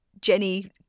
Jenny